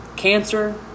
Cancer